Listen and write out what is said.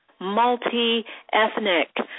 multi-ethnic